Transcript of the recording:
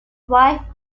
wife